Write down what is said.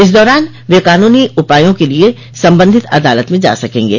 इस दौरान वे कानूनी उपायों के लिए संबंधित अदालत में जा सकेंगे